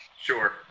Sure